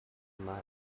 much